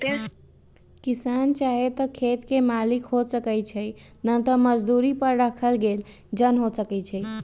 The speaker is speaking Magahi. किसान चाहे त खेत के मालिक हो सकै छइ न त मजदुरी पर राखल गेल जन हो सकै छइ